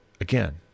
again